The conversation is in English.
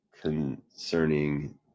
concerning